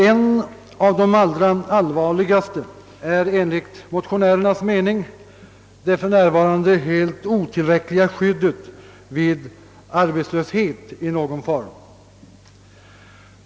En av de allvarligaste anser vi motionärer vara del för närvarande helt otillräckliga skyddet vid arbetslöshet i någon form.